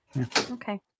Okay